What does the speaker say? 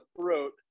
throat